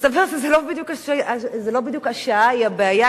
מסתבר שלא השעה היא הבעיה,